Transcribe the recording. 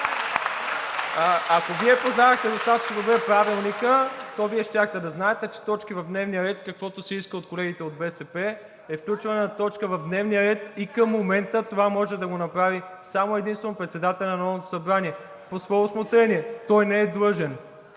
Ако Вие познавахте достатъчно добре Правилника, то Вие щяхте да знаете, че точка в дневния ред, каквото се иска от колегите от БСП, включване на точка в дневния ред и към момента това може да го направи само и единствено председателят на Народното събрание по свое усмотрение. Той не е длъжен!